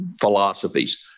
philosophies